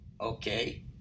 Okay